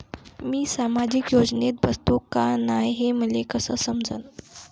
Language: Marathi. मी सामाजिक योजनेत बसतो का नाय, हे मले कस समजन?